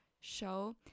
show